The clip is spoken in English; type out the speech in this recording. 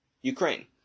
Ukraine